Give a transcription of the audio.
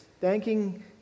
thanking